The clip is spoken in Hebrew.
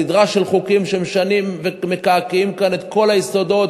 סדרה של חוקים שמשנים ומקעקעים את כל היסודות